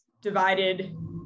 divided